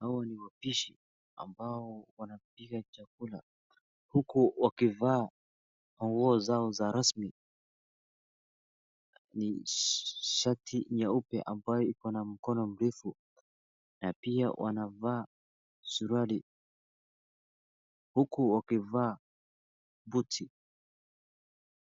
Hawa ni wapishi ambao wanapika chakula huku wakivaa nguo zao za rasmi. Ni shati nyeupe ambayo iko na mkono mrefu na pia wanavaa suruali huku wakivaa buti.